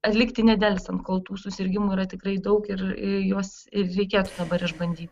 atlikti nedelsiant kol tų susirgimų yra tikrai daug ir juos ir reikėtų dabar išbandyt